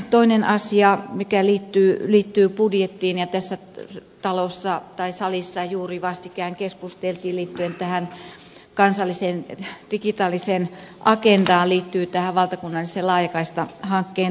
toinen asia mikä liittyy budjettiin ja mistä tässä salissa juuri vastikään keskusteltiin liittyen kansalliseen digitaaliseen agendaan liittyy tähän valtakunnallisen laajakaistahankkeen toteuttamiseen